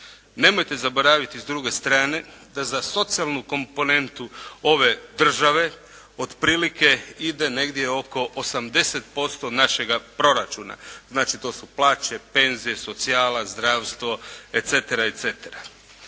Nemojte zaboraviti s druge strane da za socijalnu komponentu ove države otprilike ide negdje oko 80% našega proračuna. Znači to su plaće, penzije, socijala, zdravstvo et cetera,